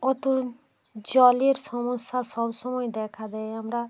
অতো জলের সমস্যা সব সময় দেখা দেয় আমরা